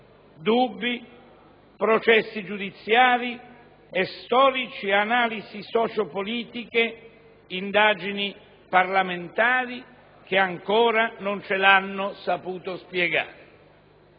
dubbi, processi giudiziari e storici, analisi sociopolitiche e indagini parlamentari che ancora non ce l'hanno saputo spiegare.